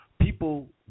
People